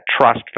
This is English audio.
trust